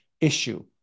issue